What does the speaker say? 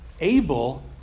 able